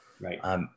Right